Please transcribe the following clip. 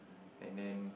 and then